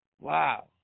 Wow